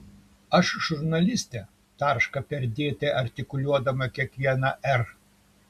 aš žurnalistė tarška perdėtai artikuliuodama kiekvieną r